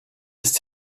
ist